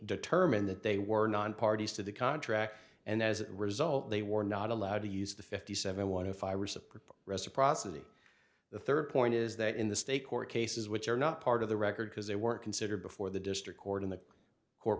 determine that they were non parties to the contract and as a result they were not allowed to use the fifty seven one if i were supreme reciprocity the third point is that in the state court cases which are not part of the record because they were considered before the district court in the court